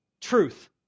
truth